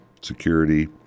security